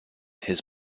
his